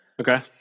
Okay